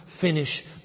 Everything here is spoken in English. finish